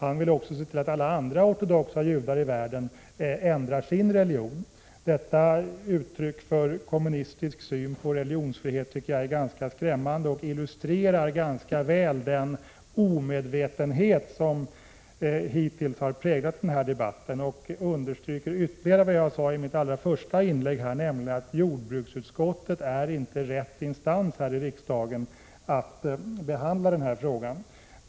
Han vill se till att också alla andra ortodoxa judar i världen ändrar sin religion. Detta uttryck för kommunistisk syn på religionsfrihet tycker jag är skrämmande och illustrerar ganska väl den omedvetenhet som hittills har präglat denna debatt. Det understryker ytterligare vad jag sade i mitt första inlägg, nämligen att riksdagens jordbruksutskott inte är rätt instans att behandla den här frågan i.